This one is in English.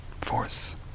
Force